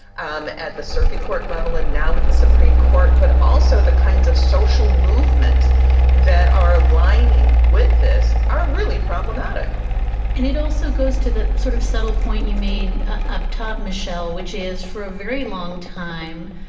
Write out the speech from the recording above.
um at the circuit court level and now with the supreme court. but also the kinds of social movements that are aligning with this are really problematic and it also goes to the sort of subtle point you made up top michelle, which is for a very long time,